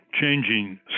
changing